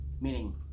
Meaning